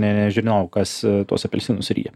nežinau kas tuos apelsinus ryja